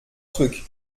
truc